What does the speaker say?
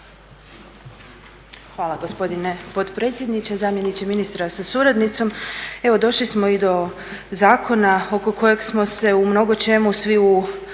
Hvala gospodine potpredsjedniče, zamjeniče ministra sa suradnicom. Evo došli smo i do zakona oko kojeg smo se u mnogočemu svi